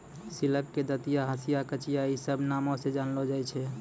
sickle के दंतिया, हंसिया, कचिया इ सभ नामो से जानलो जाय छै